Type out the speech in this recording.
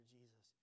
Jesus